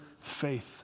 faith